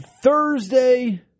Thursday